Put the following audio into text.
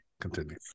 continue